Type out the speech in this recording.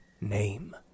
name